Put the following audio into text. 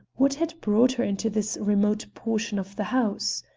what had brought her into this remote portion of the house?